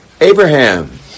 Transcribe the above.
Abraham